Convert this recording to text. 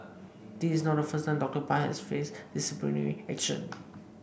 this is not the first time Doctor Pang has faced disciplinary action